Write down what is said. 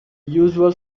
usual